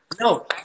No